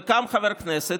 וקם חבר כנסת,